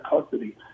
custody